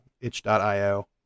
itch.io